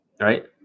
right